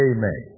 Amen